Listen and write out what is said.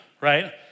right